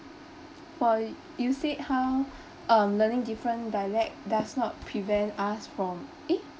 for you said how um learning different dialect does not prevent us from eh